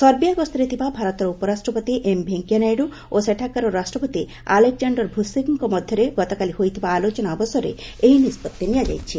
ସର୍ବିୟା ଗସ୍ତରେ ଥିବା ଭାରତର ଉପରାଷ୍ଟ୍ରପତି ଏମ୍ ଭେଙ୍କେୟାନାଇଡ଼ୁ ଓ ସେଠାକାର ରାଷ୍ଟ୍ରପତି ଆଲେକ୍ଜାଣ୍ଡାର ଭୁସିକ୍ଙ୍କ ମଧ୍ୟରେ ଗତକାଲି ହୋଇଥିବା ଆଲୋଚନା ଅବସରରେ ଏହି ନିଷ୍ପଭି ନିଆଯାଇଛି